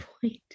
point